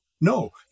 no